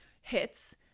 hits